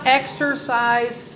exercise